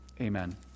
Amen